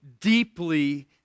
deeply